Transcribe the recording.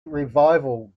revival